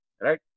Right